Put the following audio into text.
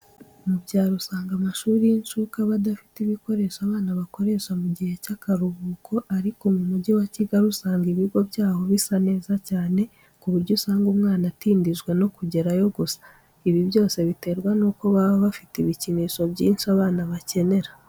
Mu byaro usanga amashuri y'incuke aba adafite ibikoresho abana bakoresha mu gihe cy'akaruhuko, ariko mu mugi wa Kigali usanga ibigo byaho bisa neza cyane, ku buryo usanga umwana atindijwe no kugerayo gusa. Ibyo byose biterwa n'uko baba bafite ibikinisho byinshi abana bakenera.